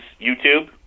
YouTube